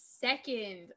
second